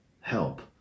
help